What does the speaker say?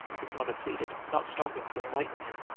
his mother pleaded, not stopping to enlighten him.